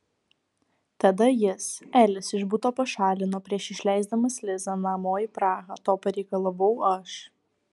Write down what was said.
tada jis elis iš buto pašalino prieš išleisdamas lizą namo į prahą to pareikalavau aš